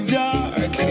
dark